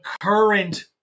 current